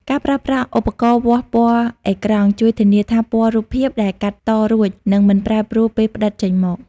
ការប្រើប្រាស់ឧបករណ៍វាស់ពណ៌អេក្រង់ ជួយធានាថាពណ៌រូបភាពដែលកាត់តរួចនឹងមិនប្រែប្រួលពេលផ្ដិតចេញមក។